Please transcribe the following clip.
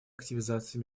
активизации